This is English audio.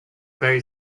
very